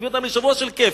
מביאים אותם לשבוע של כיף,